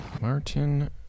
Martin